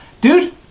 dude